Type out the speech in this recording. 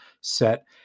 set